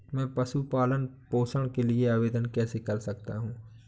मैं पशु पालन पोषण के लिए आवेदन कैसे कर सकता हूँ?